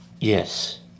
yes